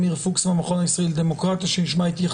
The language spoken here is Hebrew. הסיבה העיקרית שאנחנו עושים פיקוח פרלמנטרי זה כדי להגן מפני פגיעה